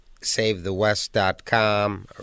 savethewest.com